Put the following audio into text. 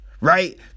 Right